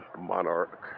monarch